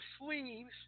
sleeves